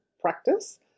practice